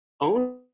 own